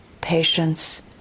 patience